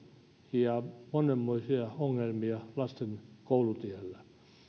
ja monenmoisia ongelmia lasten koulutiellä